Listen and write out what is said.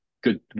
good